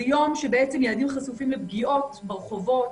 זה יום שילדים חשופים לפגיעות ברחובות.